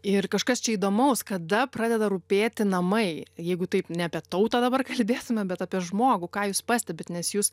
ir kažkas čia įdomaus kada pradeda rūpėti namai jeigu taip ne apie tautą dabar kalbėsime bet apie žmogų ką jūs pastebit nes jūs